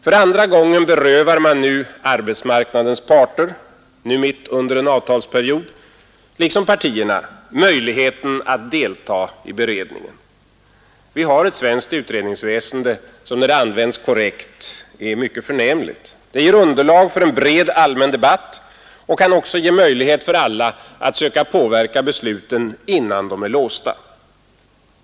För andra gången berövar man arbetsmarknadens parter, nu mitt under en avtalsperiod, liksom partierna möjligheten att delta i beredningen. Vi har ett svenskt utredningsväsende som, när det används korrekt, är mycket förnämligt. Det ger underlag för en bred allmändebatt och kan också ge möjlighet för alla att söka påverka besluten innan de är låsta.